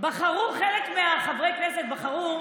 חלק מחברי הכנסת בחרו